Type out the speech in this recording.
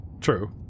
True